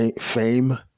fame